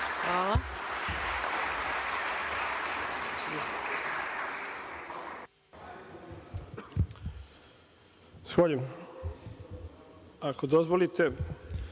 Hvala.